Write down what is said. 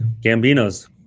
Gambino's